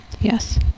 Yes